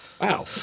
Wow